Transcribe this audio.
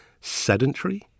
sedentary